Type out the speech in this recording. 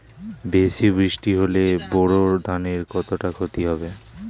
বেশি বৃষ্টি হলে বোরো ধানের কতটা খতি হবে?